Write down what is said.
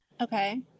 Okay